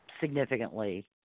significantly